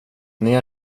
ner